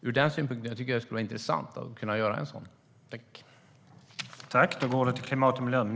Ur den synvinkeln tycker jag dock att det vore intressant att kunna göra en sådan.